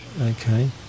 Okay